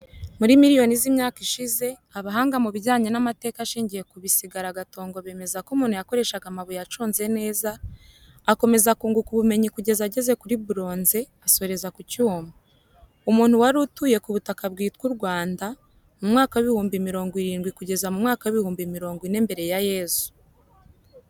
Muri miliyoni z’imyaka ishize, abahanga mu bijyanye n’amateka ashingiye ku bisigaragatongo bemeza ko umuntu yakoreshaga amabuye aconze neza, akomeza kunguka ubumenyi kugeza ageze kuri buronze, asoreza ku cyuma. Umuntu wari utuye ku butaka bwitwa u Rwanda mu mwaka w’ibihumbi mirongo irindwi kugeza mu mwaka w’ibihumbi mirongo ine mbere ya Yezu